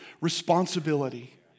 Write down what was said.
Responsibility